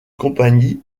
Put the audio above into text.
compagnies